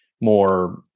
more